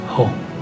Home